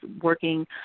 working